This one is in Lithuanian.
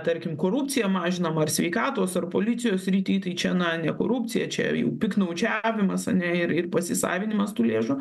tarkim korupciją mažinam ar sveikatos ar policijos srity tai čia na ne korupcija čia jau piktnaudžiavimas ane ir ir pasisavinimas tų lėšų